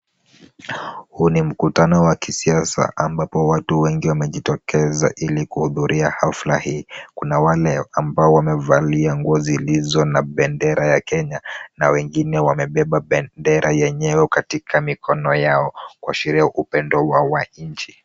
Huu ni mkutano wa kisiasa ambapo watu wengi wamejitokeza ili kuhudhuria hafla hii. Kuna wale ambao wamevalia nguo zilizo na bendera ya Kenya, na wengine wamebeba bendera yenyewe katika mikono yao kuashiria upendo wa nchi.